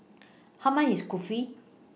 How much IS Kulfi